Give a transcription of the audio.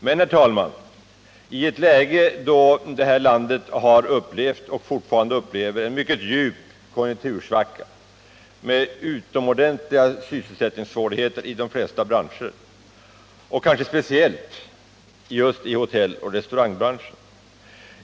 Men, herr talman, det här landet har upplevt och upplever fortfarande en mycket djup konjunktursvacka med utomordentliga sysselsättningssvårigheter i de flesta branscher, icke minst i hotelloch restau 109 rangbranschen.